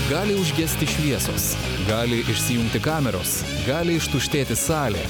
gali užgesti šviesos gali išsijungti kameros gali ištuštėti salė